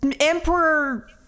Emperor